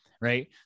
right